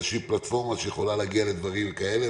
איזושהי פלטפורמה שיכולה להגיע לדברים כאלה,